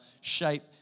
shape